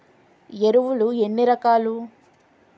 ఎరువులు ఎన్ని రకాలు?